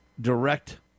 direct